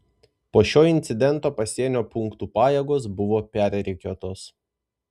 po šio incidento pasienio punktų pajėgos buvo perrikiuotos